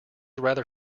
rather